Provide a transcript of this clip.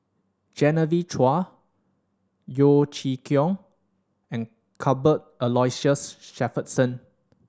Genevieve Chua Yeo Chee Kiong and Cuthbert Aloysius Shepherdson